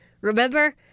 Remember